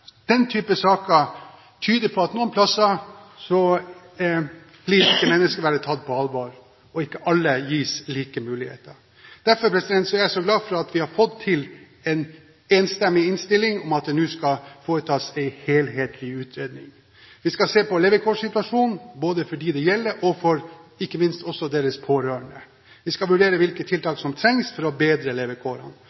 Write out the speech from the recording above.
Den typen saker tyder på at noen steder blir ikke menneskeverdet tatt på alvor, og ikke alle gis like muligheter. Derfor er jeg så glad for at vi har fått til en enstemmig innstilling om at det nå skal foretas en helhetlig utredning. Vi skal se på levekårssituasjonen, både for dem det gjelder, og ikke minst for deres pårørende. Vi skal vurdere hvilke